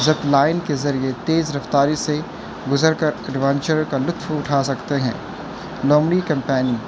zip line کے ذریعے تیز رفتاری سے گزر کر ایڈوینچر کا لطف اٹھا سکتے ہیں لومڑی کیمپیننگ